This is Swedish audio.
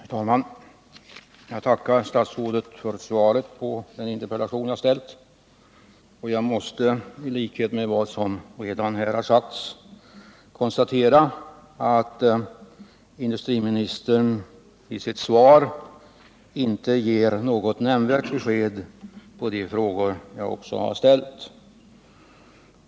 Herr talman! Jag tackar statsrådet för svaret på min interpellation. I likhet med andra talare måste jag konstatera att industriministern i sitt svar inte ger något riktigt besked med anledning av frågorna.